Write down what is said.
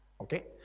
okay